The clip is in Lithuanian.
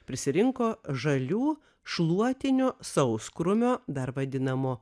prisirinko žalių šluotinio sausakrūmio dar vadinamo